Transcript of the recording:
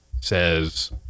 says